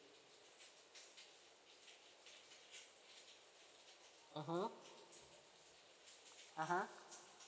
mmhmm (uh huh)